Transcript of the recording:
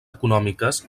econòmiques